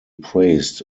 praised